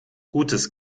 gutes